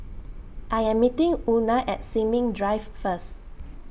I Am meeting Una At Sin Ming Drive First